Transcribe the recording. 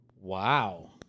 Wow